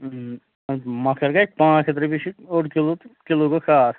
مَۄخسر گژھِ پانٛژھ ہَتھ رۄپیہِ چھُ اوٚڑ کِلوٗ تہٕ کِلوٗ گوٚو ساس